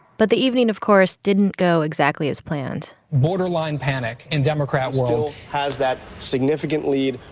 but the evening, of course, didn't go exactly as planned borderline panic in democrat has that significant lead.